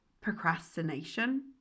procrastination